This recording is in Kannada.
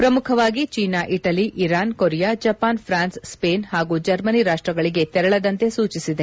ಪ್ರಮುಖವಾಗಿ China Italy Iran Korea Japan France Spain ಪಾಗೂ ಜರ್ಮನಿ ರಾಷ್ಟಗಳಿಗೆ ತೆರಳದಂತೆ ಸೂಚಿಸಿದೆ